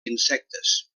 insectes